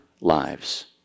lives